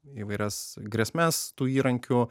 įvairias grėsmes tų įrankių